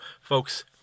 folks